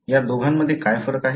या दोघांमध्ये काय फरक आहे